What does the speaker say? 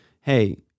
Hey